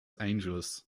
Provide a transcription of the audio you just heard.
angeles